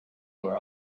when